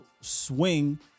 swing